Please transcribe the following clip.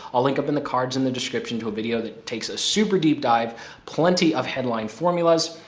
i'll link up in the cards in the description to a video that takes a super deep dive plenty of headline formulas.